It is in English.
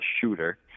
shooter